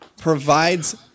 provides